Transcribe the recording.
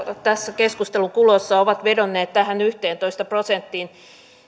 tässä keskustelun kuluessa ovat vedonneet tähän yhteentoista prosenttiin